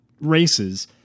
races